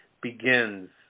begins